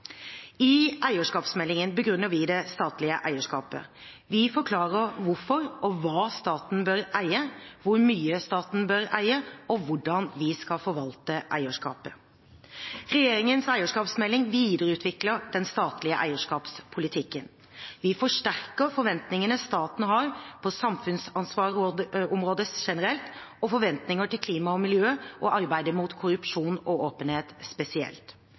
I eierskapsmeldingen begrunner vi det statlige eierskapet. Vi forklarer hvorfor og hva staten bør eie, hvor mye staten bør eie, og hvordan vi skal forvalte eierskapet. Regjeringens eierskapsmelding videreutvikler den statlige eierskapspolitikken. Vi forsterker forventningene staten har på samfunnsansvarsområdet generelt, og forventninger til klima og miljø og arbeidet mot korrupsjon og for åpenhet spesielt.